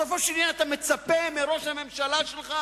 בסופו של עניין אתה מצפה מראש הממשלה שלך